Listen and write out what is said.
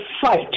fight